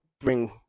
bring